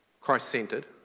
Christ-centered